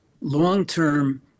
long-term